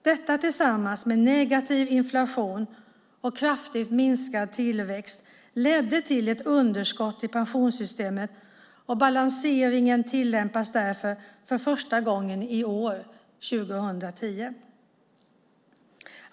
Detta tillsammans med negativ inflation och kraftigt minskad tillväxt ledde till underskott i pensionssystemet, och balanseringen tillämpas därför för första gången i år, 2010.